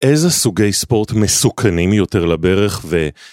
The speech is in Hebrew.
איזה סוגי ספורט מסוכנים יותר לברך ו...